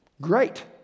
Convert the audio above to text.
Great